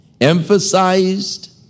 emphasized